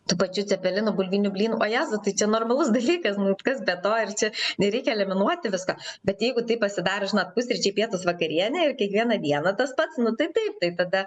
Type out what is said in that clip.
tų pačių cepelinų bulvinių blynų o jezau tai čia normalus dalykas kas be to ir čia nereikia eliminuoti visko bet jeigu taip pasidaro žinot pusryčiai pietūs vakarienė ir kiekvieną dieną tas pats nu tai taip tada